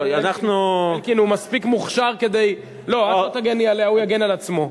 אלקין הוא מספיק מוכשר, הוא יגן על עצמו.